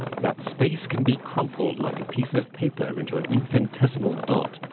that space can be crumpled like a piece of paper into an infinitesimal dot,